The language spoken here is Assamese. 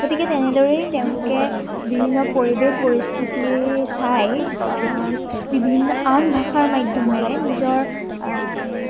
গতিকে তেনেদৰেই তেওঁলোকে বিভিন্ন পৰিৱেশ পৰিস্থিতি চাই বিভিন্ন আন ভাষাৰ মাধ্যমেৰে নিজৰ